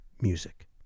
music